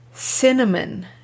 Cinnamon